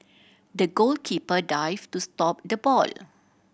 the goalkeeper dived to stop the ball